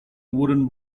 wooden